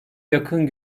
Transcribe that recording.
yakın